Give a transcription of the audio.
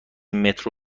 مترو